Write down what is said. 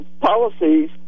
policies